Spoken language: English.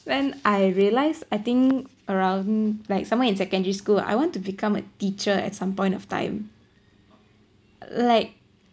then I realise I think around like someone in secondary school I want to become a teacher at some point of time like